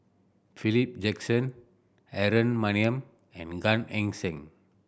Philip Jackson Aaron Maniam and Gan Eng Seng